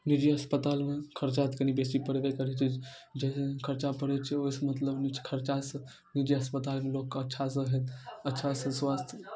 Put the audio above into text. निजी अस्पतालमे खरचा तऽ कनि बेसी पड़बे करै छै जाहिसँ खरचा पड़ै छै ओहिसँ मतलब नहि छै खरचासँ जे अस्पताल लोकके अच्छासँ हैत अच्छासँ स्वास्थ्य